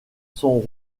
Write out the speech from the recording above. son